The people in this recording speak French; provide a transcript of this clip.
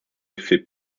effets